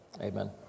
Amen